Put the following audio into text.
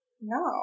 No